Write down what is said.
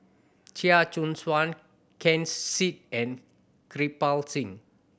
Chia Choo Suan Ken Seet and Kirpal Singh